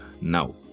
now